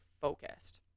focused